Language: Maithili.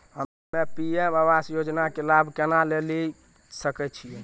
हम्मे पी.एम आवास योजना के लाभ केना लेली सकै छियै?